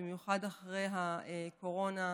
במיוחד אחרי הקורונה.